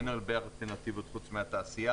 אין הרבה אלטרנטיבות חוץ מהתעשייה.